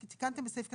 עדכנתם את סעיף (ד)